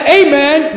amen